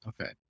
Okay